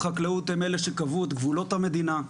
והחקלאות הם אלה שקבעו את גבולות המדינה.